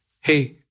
Hey